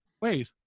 wait